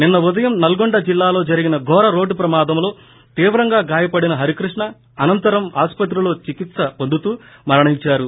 నిన్న ఉదయం నల్గొండ జిల్లాలో జరిగిన ఘోర రోడ్డు ప్రమాదంలో తీవ్రంగా గాయపడిన హరికృష్ణ అసంతరం ఆసుపత్రిలో చికిత్స పొందుతూ మరణించారు